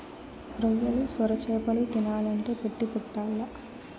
రొయ్యలు, సొరచేపలు తినాలంటే పెట్టి పుట్టాల్ల